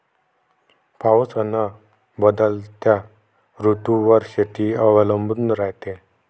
पाऊस अन बदलत्या ऋतूवर शेती अवलंबून रायते